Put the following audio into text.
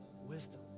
Wisdom